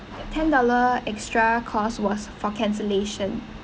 ten dollar extra cost was for cancellation